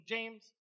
James